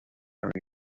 and